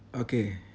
okay